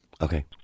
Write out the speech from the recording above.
okay